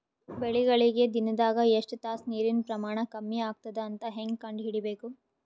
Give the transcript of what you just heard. ಬೆಳಿಗಳಿಗೆ ದಿನದಾಗ ಎಷ್ಟು ತಾಸ ನೀರಿನ ಪ್ರಮಾಣ ಕಮ್ಮಿ ಆಗತದ ಅಂತ ಹೇಂಗ ಕಂಡ ಹಿಡಿಯಬೇಕು?